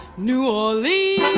knew all the.